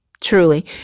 truly